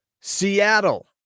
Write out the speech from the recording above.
Seattle